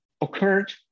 occurred